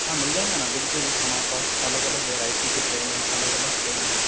हाँ मिल जाएंगे न बिल्कुल हमारे पास अलग अलग वैरायटी के पेन है अलग अलग पेन है